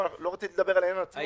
לא, לא רציתי לדבר על הרעיון עצמו.